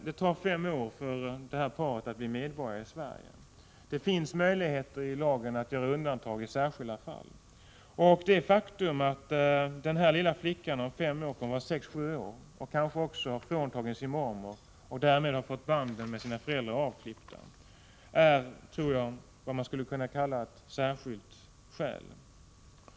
Det tar fem år för detta par att bli medborgare i Sverige. Lagen ger möjligheter att göra undantag i särskilda fall. Det faktum att den här lilla flickan om fem år kommer att vara sex sju år och kanske vara fråntagen sin mormor och därmed ha fått banden med sina föräldrar avklippta är, tror jag, vad man skulle kunna kalla ett särskilt skäl.